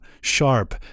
sharp